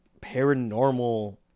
paranormal